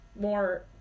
more